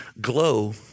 glow